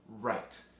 right